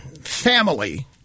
family